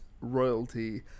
Royalty